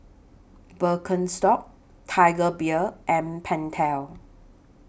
Birkenstock Tiger Beer and Pentel